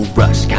rush